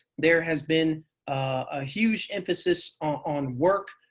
there has been a huge emphasis on work,